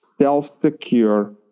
self-secure